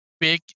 big